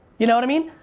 you know what i mean?